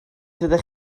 fyddech